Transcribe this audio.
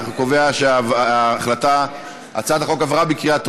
אני קובע שהצעת החוק עברה בקריאה הטרומית,